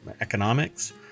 economics